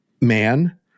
man